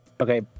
Okay